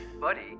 Buddy